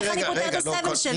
איך אני פותר את הסבל שלהם?